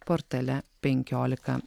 portale penkiolika